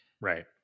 Right